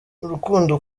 urukundo